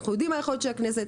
אנחנו יודעים מה היכולת של הכנסת.